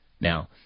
now